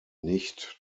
nicht